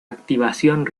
activación